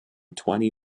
twenty